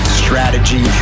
strategy